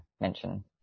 mention